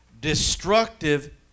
destructive